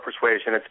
persuasion